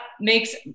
makes